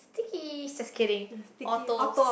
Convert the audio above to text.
stickies just kidding ortos